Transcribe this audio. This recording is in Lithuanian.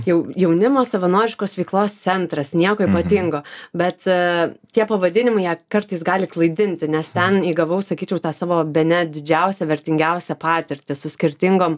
jau jaunimo savanoriškos veiklos centras nieko ypatingo bet tie pavadinimai jie kartais gali klaidinti nes ten įgavau sakyčiau ir tą savo bene didžiausią vertingiausią patirtį su skirtingom